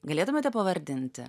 galėtumėte pavardinti